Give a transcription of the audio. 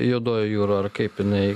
juodoji jūra ar kaip jinai